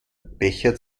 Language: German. bechert